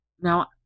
now